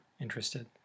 interested